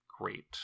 great